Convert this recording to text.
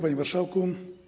Panie Marszałku!